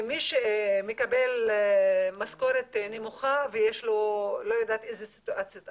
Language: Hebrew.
מי שמקבל משכורת נמוכה ויש לו לא יודעת איזה סיטואציות,